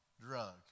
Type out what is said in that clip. drug